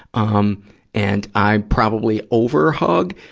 um and, i probably over hug,